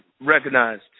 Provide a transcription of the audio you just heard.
recognized